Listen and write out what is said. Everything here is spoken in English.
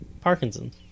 parkinson's